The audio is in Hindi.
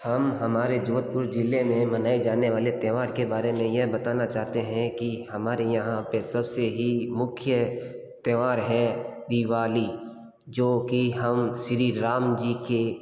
हम हमारे जोधपुर जिले में मनाए जाने वाले त्यौहार के बारे में ये बताना चाहते हैं कि हमारे यहाँ पे सबसे ही मुख्य त्यौहार हैं दिवाली जो कि हम श्री राम जी के